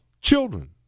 children